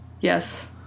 Yes